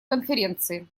конференции